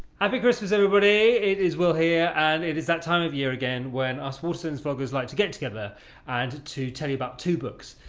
happy christmas everybody. it is will here and it is that time of year again when us waterstones vloggers like to get together and to tell you about two books.